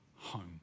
home